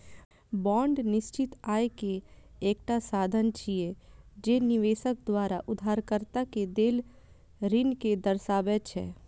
bond निश्चित आय के एकटा साधन छियै, जे निवेशक द्वारा उधारकर्ता कें देल ऋण कें दर्शाबै छै